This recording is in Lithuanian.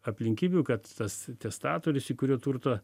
aplinkybių kad tas testatorius į kurio turtą